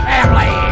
Family